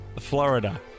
Florida